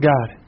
God